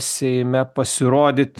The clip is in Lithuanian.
seime pasirodyt